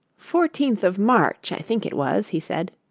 fourteenth of march, i think it was he said.